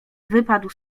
wypadł